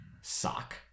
Sock